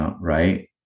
right